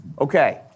Okay